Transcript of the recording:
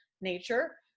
nature